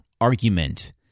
argument